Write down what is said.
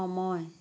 সময়